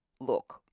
look